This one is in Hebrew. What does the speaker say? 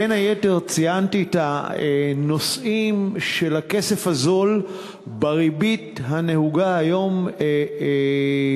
בין היתר ציינתי את הנושאים של הכסף הזול בריבית הנהוגה היום במשק,